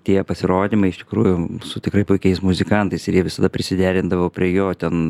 tie pasirodymai iš tikrųjų su tikrai puikiais muzikantais ir jie visada prisiderindavo prie jo ten